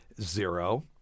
zero